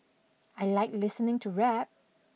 I like listening to rap